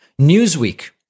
Newsweek